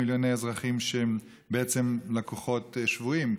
מיליוני אזרחים שבעצם הם לקוחות שבויים,